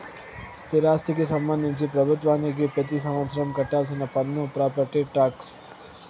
స్థిరాస్తికి సంబంధించి ప్రభుత్వానికి పెతి సంవత్సరం కట్టాల్సిన పన్ను ప్రాపర్టీ టాక్స్